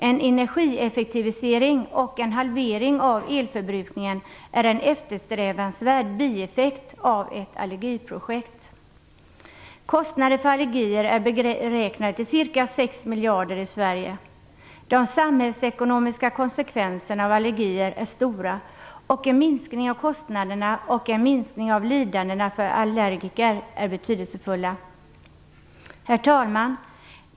En energieffektivisering och en halvering av elförbrukningen är en eftersträvansvärd bieffekt av ett allergisaneringsprojekt. Kostnaderna för allergier är i Sverige beräknade till ca 6 miljarder. De samhällsekonomiska konsekvenserna av allergier är stora, och en minskning av kostnaderna och en minskning av lidandena för allergiker är betydelsefulla. Herr talman!